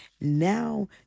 Now